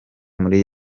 muri